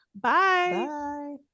Bye